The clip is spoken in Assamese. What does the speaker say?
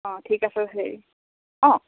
অঁ ঠিক আছে ভালেই অঁ